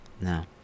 No